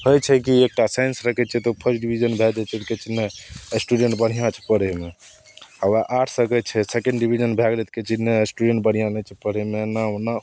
होइ छै कि एकटा साइंस रखै छै तऽ ओ फर्स्ट डिविजन भै जाइ छै तऽ कहै छै नहि एस्टूडेन्ट बढ़िआँ छै पढ़ैमे हेबे आर्ट्स रखै छै सेकण्ड डिविजन भै गेलै तऽ कहै छै नै एस्टूडेन्ट बढ़िआँ नहि छै पढ़ैमे एना ओना